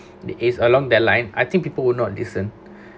it is along that line I think people will not listen